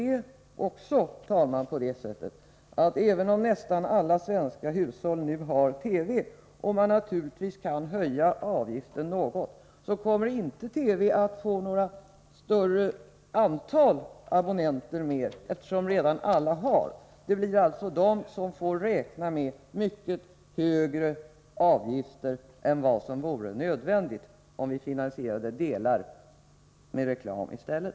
Herr talman! Nästan alla svenska hushåll har TV. Även om man naturligtvis kan höja avgiften något, så kommer inte Sveriges Television att få något större antal nya abonnenter, eftersom nästan alla redan har TV. Det blir alltså de som har TV som får räkna med mycket högre avgifter än vad som vore nödvändigt, om vi finansierade delar av verksamheten med reklam i stället.